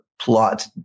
plot